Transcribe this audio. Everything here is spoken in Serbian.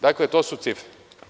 Dakle, to su cifre.